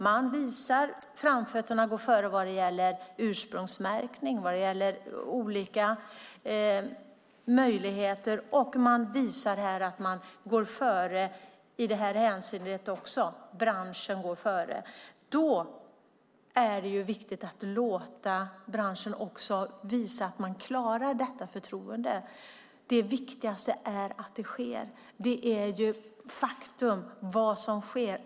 Man visar framfötterna och går före när det gäller ursprungsmärkning och olika möjligheter och även i detta hänseende. Då är det viktigt att låta branschen visa att man klarar detta förtroende. Det viktigaste är att det sker.